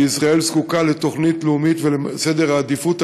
שישראל זקוקה לתוכנית לאומית ולסדר העדיפויות